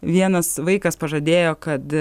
vienas vaikas pažadėjo kad